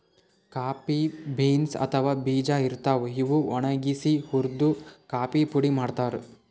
coffee beans ಅಥವಾ ಬೀಜಾ ಇರ್ತಾವ್, ಇವ್ ಒಣಗ್ಸಿ ಹುರ್ದು ಕಾಫಿ ಪುಡಿ ಮಾಡ್ತಾರ್